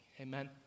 Amen